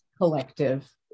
collective